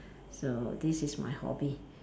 so this is my hobby